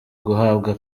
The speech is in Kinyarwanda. guhabwa